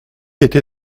été